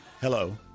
Hello